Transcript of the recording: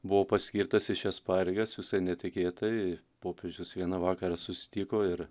buvau paskirtas į šias pareigas visai netikėtai popiežius vieną vakarą susitiko ir